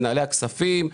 ממנהלי הכספים.